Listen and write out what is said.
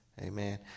Amen